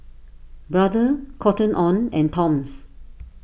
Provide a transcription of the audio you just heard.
Brother Cotton on and Toms